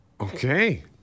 Okay